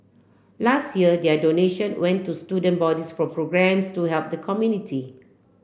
last year their donation went to student bodies for programmes to help the community